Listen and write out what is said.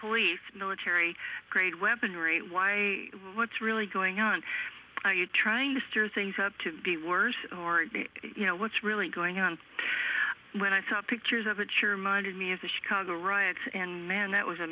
police military grade weaponry why what's really going on are you trying to stir things up to be worse or you know what's really going on when i saw pictures of it sure minded me as a chicago riots and man that was a